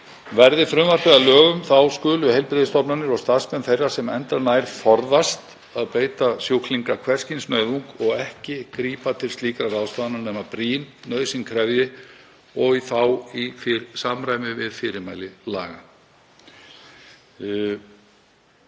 Verði frumvarpið að lögum skulu heilbrigðisstofnanir og starfsmenn þeirra sem endranær forðast að beita sjúklinga hvers kyns nauðung og ekki grípa til slíkra ráðstafana nema brýn nauðsyn krefji og þá í samræmi við fyrirmæli laga.